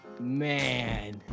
Man